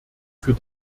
für